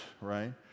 right